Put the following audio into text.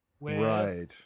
Right